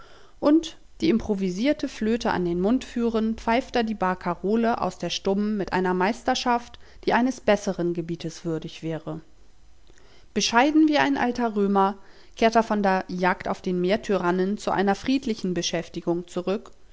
und die improvisierte flöte an den mund führend pfeift er die barkarole aus der stummen mit einer meisterschaft die eines besseren gebietes würdig wäre bescheiden wie ein alter römer kehrt er von der jagd auf den meertyrannen zu seiner friedlichen beschäftigung zurück